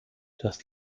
das